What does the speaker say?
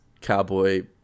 cowboy